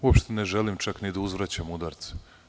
Uopšte ne želim čak ni da uzvraćam udarce.